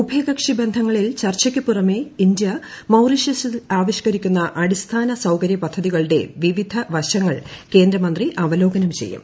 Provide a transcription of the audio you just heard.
ഉഭയകക്ഷി ബന്ധങ്ങളിൽ ചർച്ചയ്ക്കു പുറമെ ഇന്ത്യ മൌറീഷ്യസിൽ ആവിഷ്ക്കരിക്കുന്ന അടിസ്ഥാന സൌകര്യ പദ്ധതികളുടെ വിവിധ വശങ്ങൾ കേന്ദ്രമന്ത്രി അവലോകനം ചെയ്യും